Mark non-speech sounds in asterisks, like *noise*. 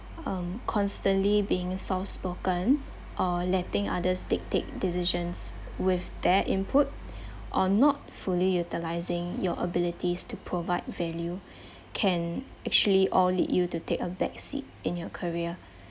um constantly being soft-spoken or letting others dictate decisions with their input *breath* or not fully utilizing your abilities to provide value *breath* can actually all lead you to take a backseat in your career